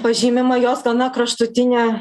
pažymima jos gana kraštutinė